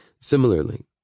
Similarly